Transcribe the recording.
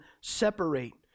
separate